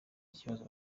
kibazo